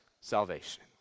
salvation